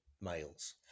males